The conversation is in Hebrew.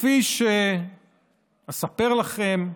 כפי שאספר לכם,